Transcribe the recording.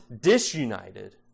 disunited